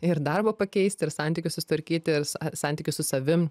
ir darbą pakeisti ir santykius susitvarkyti santykius su savim